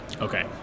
Okay